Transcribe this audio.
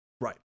Right